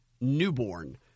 Newborn